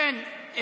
ובכן,